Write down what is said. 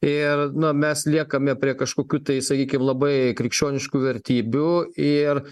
ir na mes liekame prie kažkokių tai sakykim labai krikščioniškų vertybių ir